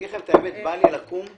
אגיד לכם את האמת: בא לי לקום וללכת.